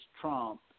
Trump